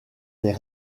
des